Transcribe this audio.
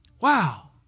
Wow